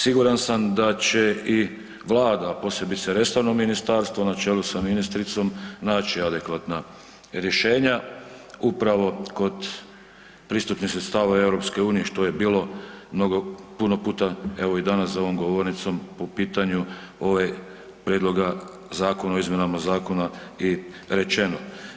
Siguran sam da će i Vlada a posebice i resorno ministarstvo na čelu sa ministricom naći adekvatna rješenja upravo kod pristupnih sredstava u EU-u, što je bilo puno puta evo i danas za govornicom po pitanju ovog prijedloga zakona o izmjenama zakona i rečeno.